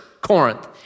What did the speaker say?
Corinth